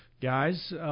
guys